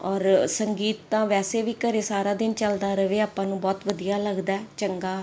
ਔਰ ਸੰਗੀਤ ਤਾਂ ਵੈਸੇ ਵੀ ਘਰ ਸਾਰਾ ਦਿਨ ਚੱਲਦਾ ਰਹੇ ਆਪਾਂ ਨੂੰ ਬਹੁਤ ਵਧੀਆ ਲੱਗਦਾ ਚੰਗਾ